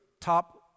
top